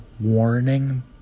warning